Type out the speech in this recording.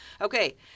Okay